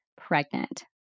pregnant